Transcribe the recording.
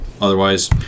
otherwise